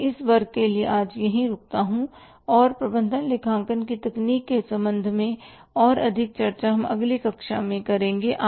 मैं इस वर्ग के लिए आज के लिए यहां रुकता हूं और प्रबंधन लेखांकन की तकनीकों के संबंध में और अधिक चर्चा हम अगली कक्षा में करेंगे